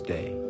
Day